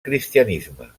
cristianisme